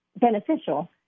beneficial